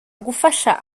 gufasha